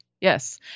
Yes